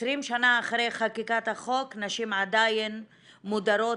20 שנה אחרי חקיקת החוק נשים עדיין מודרות